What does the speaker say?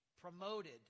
promoted